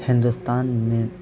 ہندوستان میں